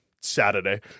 Saturday